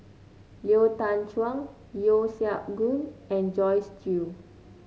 Lau Teng Chuan Yeo Siak Goon and Joyce Jue